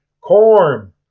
corn